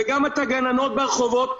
גם את הגננות ברחובות,